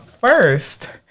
first